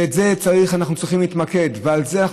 בזה אנחנו צריכים להתמקד ועל זה אנחנו